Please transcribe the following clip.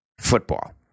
football